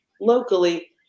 locally